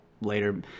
later